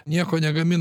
nieko negamina